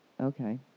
Okay